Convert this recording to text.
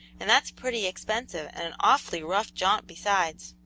and that's pretty expensive and an awfully rough jaunt besides.